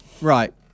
Right